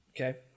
Okay